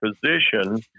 position